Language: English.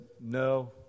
no